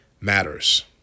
matters